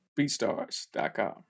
BeatStars.com